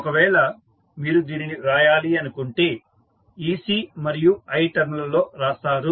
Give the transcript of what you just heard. ఒకవేళ మీరు దీనిని రాయాలి అనుకుంటే ec మరియు i టర్మ్ లలో రాస్తారు